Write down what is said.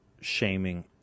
shaming